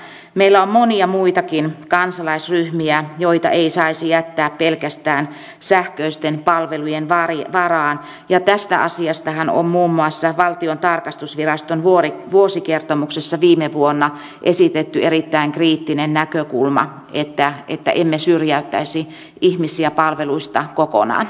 meillä on monia muitakin kansalaisryhmiä joita ei saisi jättää pelkästään sähköisten palvelujen varaan ja tästä asiastahan on muun muassa valtion tarkastusviraston vuosikertomuksessa viime vuonna esitetty erittäin kriittinen näkökulma että emme syrjäyttäisi ihmisiä palveluista kokonaan